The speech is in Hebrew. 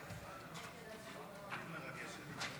תודה.